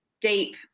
deep